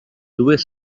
dues